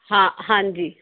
ਹਾਂ ਹਾਂਜੀ